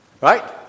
Right